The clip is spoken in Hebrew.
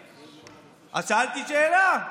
אז שאלתי שאלה,